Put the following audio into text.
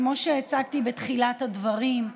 כמו שהצגתי בתחילת הדברים,